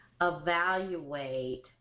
evaluate